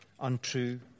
untrue